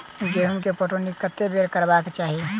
गेंहूँ केँ पटौनी कत्ते बेर करबाक चाहि?